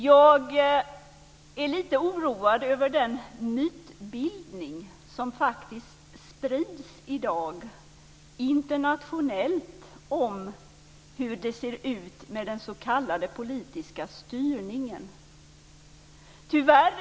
Jag är lite oroad över den mytbildning som sprids i dag internationellt om hur det ser ut med den s.k. politiska styrningen.